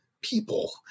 people